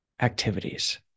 activities